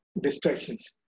distractions